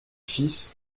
fils